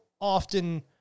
often